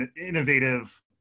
innovative